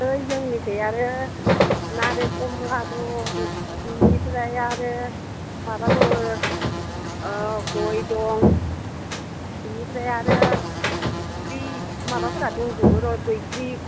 ओइ जोंनिखै आरो नारें खमला दङ इनिफ्राय आरो माबा दङो ओह गय दं इनिफ्राय आरो बि माबाफोरा दंजोबो र' बैग्रि